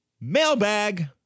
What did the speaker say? Mailbag